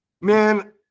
Man